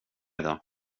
idag